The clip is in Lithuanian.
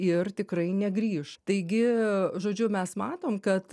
ir tikrai negrįš taigi žodžiu mes matom kad